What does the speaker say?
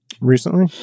Recently